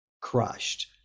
crushed